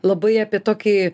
labai apie tokį